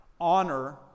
Honor